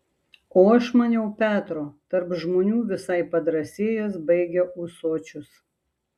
o aš maniau petro tarp žmonių visai padrąsėjęs baigia ūsočius